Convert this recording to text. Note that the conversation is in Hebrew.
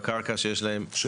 יש דברים, למשל